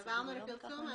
העברנו לפרסום.